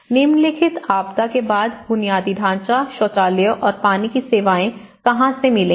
निम्नलिखित आपदा के बाद बुनियादी ढांचा शौचालय और पानी की सेवाएं कहां से मिलेगी